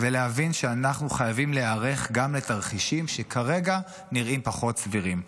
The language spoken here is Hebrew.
ולהבין שאנחנו חייבים להיערך גם לתרחישים שכרגע נראים פחות סבירים.